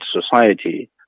society